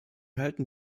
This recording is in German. halten